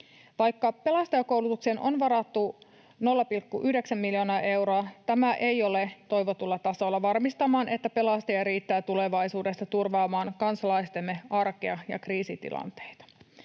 Vaikka pelastajakoulutukseen on varattu 0,9 miljoonaa euroa, tämä ei ole toivotulla tasolla varmistamaan, että pelastajia riittää tulevaisuudessa turvaamaan kansalaistemme arkea ja kriisitilanteita.